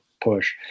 push